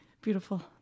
Beautiful